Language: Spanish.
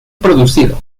producido